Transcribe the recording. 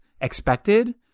expected